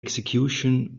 execution